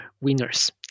winners